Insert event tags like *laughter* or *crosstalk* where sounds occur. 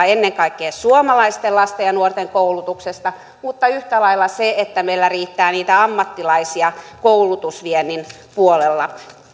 *unintelligible* ennen kaikkea suomalaisten lasten ja nuorten koulutuksesta mutta yhtä lailla siitä että meillä riittää niitä ammattilaisia koulutusviennin puolella